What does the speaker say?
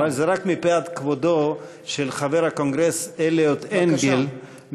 אבל זה רק מפאת כבודו של חבר הקונגרס אליוט אנגל,